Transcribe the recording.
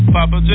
Papa